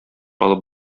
алып